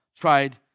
tried